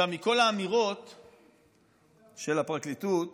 מכל התשובות של הפרקליטות,